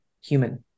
human